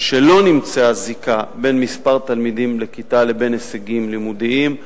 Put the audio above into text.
שלא נמצאה זיקה בין מספר התלמידים בכיתה לבין ההישגים הלימודיים,